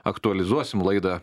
aktualizuosim laidą